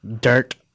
dirt